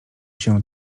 się